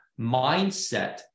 mindset